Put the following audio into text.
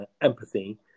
empathy